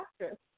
actress